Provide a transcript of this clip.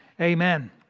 Amen